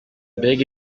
mbega